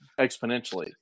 Exponentially